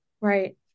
right